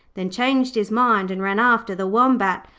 then changed his mind and ran after the wombat,